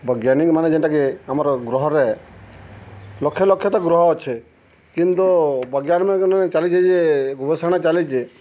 ବୈଜ୍ଞାନିକମାନେ ଯେନ୍ଟାକି ଆମର ଗ୍ରହରେ ଲକ୍ଷ ଲକ୍ଷ ତ ଗ୍ରହ ଅଛେ କିନ୍ତୁ ବୈଜ୍ଞାନିକମାନେକେ ଚାଲିଚେ ଯେ ଗବେଷଣା ଚାଲିଚେ